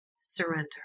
surrender